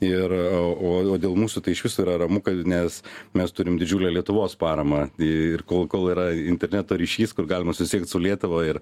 ir o o dėl mūsų tai išvis yra ramu kad nes mes turim didžiulę lietuvos paramą ir kol kol yra interneto ryšys kol galima susisiekt su lietuva ir